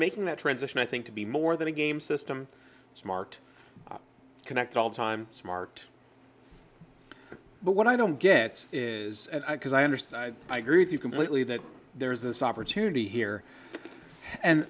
making that transition i think to be more than a game system smart connect all the time smart but what i don't get is because i understand i agree with you completely that there is this opportunity here and